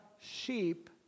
sheep